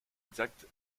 exact